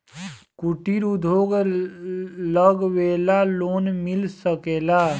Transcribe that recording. कुटिर उद्योग लगवेला लोन मिल सकेला?